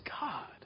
God